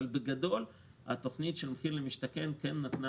אבל בגדול התוכנית מחיר למשתכן כן נתנה